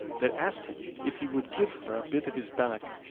that asked him if he would give her a bit of his bannock.